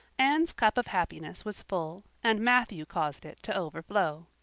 anne's cup of happiness was full, and matthew caused it to overflow.